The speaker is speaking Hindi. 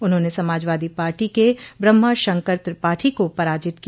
उन्होंने समाजवादी पार्टी के ब्रहमा शंकर त्रिपाठी को पराजित किया